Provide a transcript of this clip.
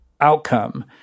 outcome